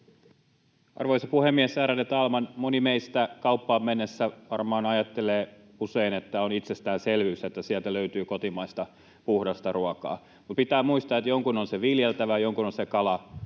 Arvoisa puhemies, ärade talman! Moni meistä kauppaan mennessään varmaan ajattelee usein, että on itsestäänselvyys, että sieltä löytyy kotimaista puhdasta ruokaa. Mutta pitää muistaa, että jonkun on se viljeltävä, jonkun on se kala